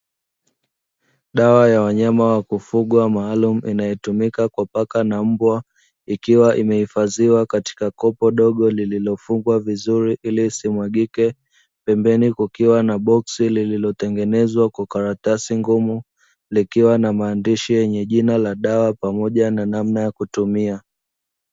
Dawa wa wanyama wa kufugwa maalumu inayotumika kwa paka na mbwa, ikiwa imehifadhiwa katika kopo dogo lililofungwa vizuri ili isimwagike pembeni kukiwa na boksi lililotengenezwa kwa karatasi ngumu, likiwa na maandishi yenye jina la dawa pamoja na namna ya kutumia.